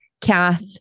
Kath